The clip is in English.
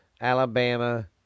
Alabama